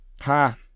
Ha